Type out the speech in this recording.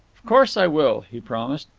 of course i will, he promised.